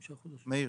מאיר.